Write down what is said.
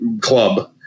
Club